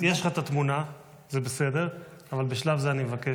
יש לך את התמונה, זה בסדר, אבל בשלב זה אני מבקש